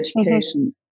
education